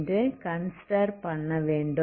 என்று கன்சிடர் பண்ணவேண்டும்